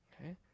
okay